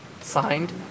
Signed